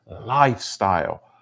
lifestyle